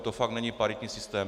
To fakt není paritní systém.